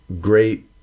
great